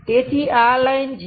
તેથી આ લાઈન છે